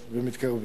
ומתקרבים.